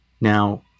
Now